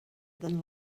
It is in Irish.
den